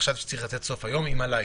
חשבתי שצריך לתת עד סוף היום עם הלילה,